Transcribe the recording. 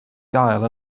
gael